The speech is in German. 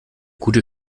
gute